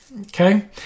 Okay